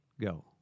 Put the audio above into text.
go